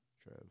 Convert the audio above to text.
Trev